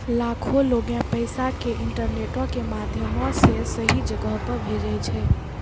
लाखो लोगें पैसा के इंटरनेटो के माध्यमो से सही जगहो पे भेजै छै